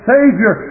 Savior